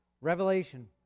Revelation